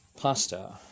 Pasta